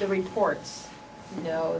the reports you know